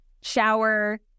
shower